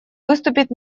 выступит